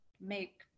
make